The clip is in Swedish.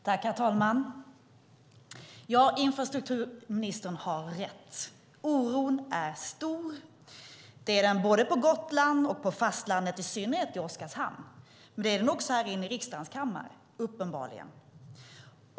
Herr talman! Infrastrukturministern har rätt; oron är stor. Det är den såväl på Gotland och på fastlandet, i synnerhet i Oskarshamn, som här i riksdagens kammare - uppenbarligen.